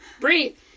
Breathe